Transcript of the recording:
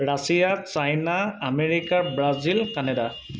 Russia China America Brazil Canada